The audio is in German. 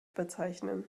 bezeichnen